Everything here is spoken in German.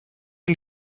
und